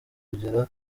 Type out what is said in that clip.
kugera